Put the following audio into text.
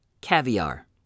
caviar